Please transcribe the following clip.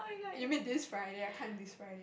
you mean this Friday I can describe